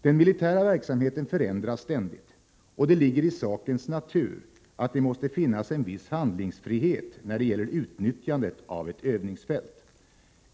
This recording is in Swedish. Den militära verksamheten förändras ständigt, och det ligger i sakens natur att det måste finnas en viss handlingsfrihet när det gäller utnyttjandet av ett övningsfält.